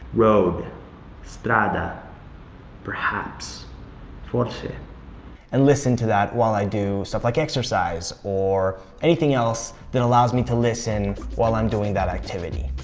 road strada perhaps forse and listen to that while i do stuff like exercise or anything else that allows me to listen while i'm doing that activity.